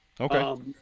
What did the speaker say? okay